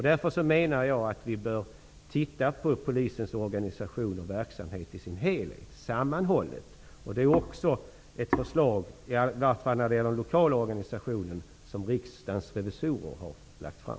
Därför menar jag att vi bör titta på Polisens organisation och verksamhet i dess helhet. Detta är också ett förslag -- i vart fall när det gäller den lokala organisationen -- som Riksdagens revisorer har lagt fram.